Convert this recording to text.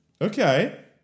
Okay